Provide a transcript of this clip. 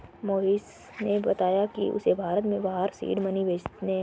मोहिश ने बताया कि उसे भारत से बाहर सीड मनी भेजने हैं